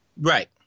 Right